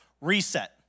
reset